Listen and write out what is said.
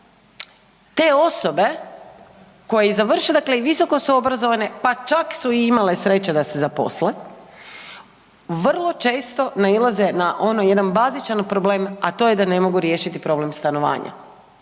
te osobe koje završe i visoko su obrazovane pa čak su imale sreće da se zaposle vrlo često nailaze na ono jedan bazičan problem, a to je da ne mogu riješiti problem stanovanja.